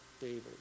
David